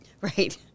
Right